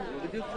אני מחדש את